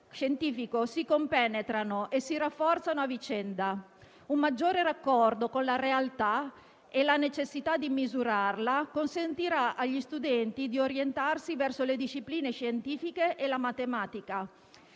scientifico si compenetrano e si rafforzano a vicenda. Un maggiore raccordo con la realtà e la necessità di misurarla consentirà agli studenti di orientarsi verso le discipline scientifiche e la matematica,